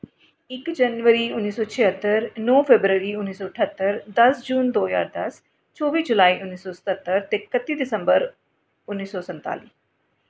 इक जनवरी उन्नी सौ छिह्त्तर नौ फरवरी उन्नी सौ ठह्त्तर दस जून दो ज्हार दस्स चौह्बी जुलाई उन्नी सौ सत्हत्तर ते कत्ती दिसंबर उन्नी सौ सन्ताली